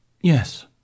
Yes